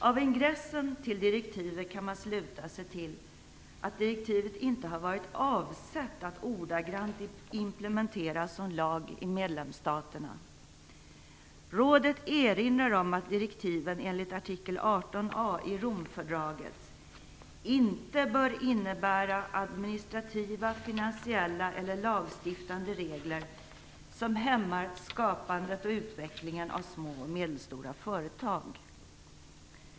Av ingressen till direktivet kan man sluta sig till att direktivet inte har varit avsett att ordagrant implementeras som lag i medlemsstaterna. Rådet erinrar om att direktiven enligt artikel 18a i Romfördraget inte bör innebära administrativa, finansiella eller lagstiftande regler som hämmar skapandet och utvecklingen av små och medelstora företag.